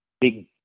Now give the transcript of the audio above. big